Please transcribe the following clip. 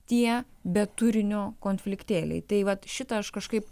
tie be turinio konfliktėliai tai vat šitą aš kažkaip